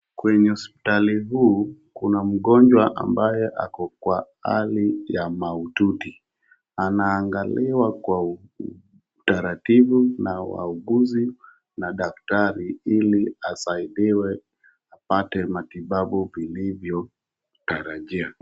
Kwenye hospitali hii kuna mgonjwa ambaye ako kwa hali ya mahututi. Anaangaliwa kwa utaratibu na wauguzi na daktari ili asaidiwe apate matibabu alivyotarajia.